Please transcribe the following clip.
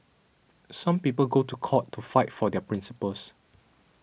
some people go to court to fight for their principles